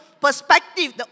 perspective